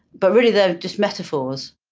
but, really, they're just metaphors.